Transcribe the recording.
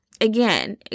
Again